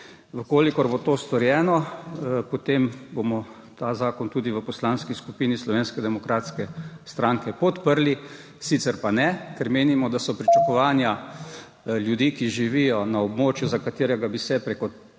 zakon. Če bo to storjeno, potem bomo ta zakon tudi v Poslanski skupini Slovenske demokratske stranke podprli, sicer pa ne, ker menimo, da so pričakovanja ljudi, ki živijo na območju, za katerega bi se prek